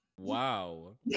Wow